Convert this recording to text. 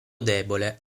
debole